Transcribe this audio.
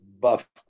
buff